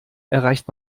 erreicht